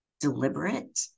deliberate